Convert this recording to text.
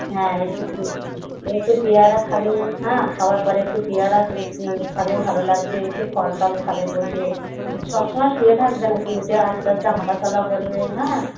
হ্যাঁ একটু একটু পেয়ারা খাবে হ্যাঁ খাওয়ার পরে একটু পেয়ারা সে খাবে ভালো লাগবে একটু ফল টল খাবে বসে সব সময় শুয়ে থাকবে না তুমি উঠে আস্তে আস্তে হাঁটা চলা করবে হ্যাঁ